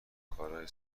کارای